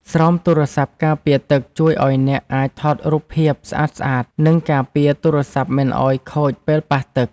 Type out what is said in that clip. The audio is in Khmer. ស្រោមទូរស័ព្ទការពារទឹក ជួយឱ្យអ្នកអាចថតរូបភាពស្អាតៗ និងការពារទូរស័ព្ទមិនឱ្យខូចពេលប៉ះទឹក។